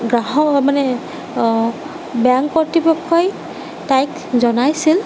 গ্ৰাহক মানে বেংক কৰ্তৃপক্ষই তাইক জনাইছিল